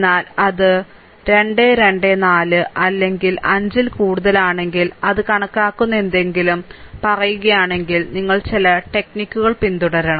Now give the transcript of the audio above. എന്നാൽ അത് 2 2 4 അല്ലെങ്കിൽ 5 ൽ കൂടുതലാണെങ്കിൽ അത് കണക്കാക്കുന്ന എന്തെങ്കിലും പറയുകയാണെങ്കിൽ നിങ്ങൾ ചില ടെക്നിക് പിന്തുടരണം